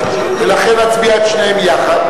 ולכן נצביע על שתיהן יחד.